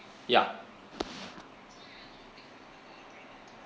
yup